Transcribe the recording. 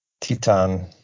Titan